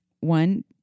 one